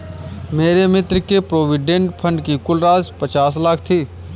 मेरे मित्र के प्रोविडेंट फण्ड की कुल राशि पचास लाख थी